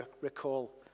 recall